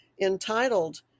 entitled